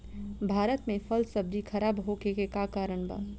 भारत में फल सब्जी खराब होखे के का कारण बा?